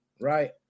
right